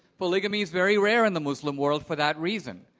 polygamy is very rare in the muslim world for that reason.